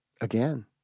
again